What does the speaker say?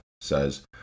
says